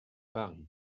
paris